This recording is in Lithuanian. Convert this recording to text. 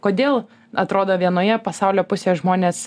kodėl atrodo vienoje pasaulio pusėje žmonės